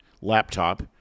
laptop